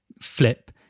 flip